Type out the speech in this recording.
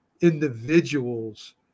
individuals